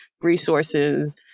resources